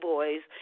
Boys